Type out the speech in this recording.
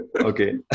okay